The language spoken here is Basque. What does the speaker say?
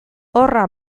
horra